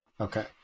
Okay